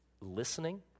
listening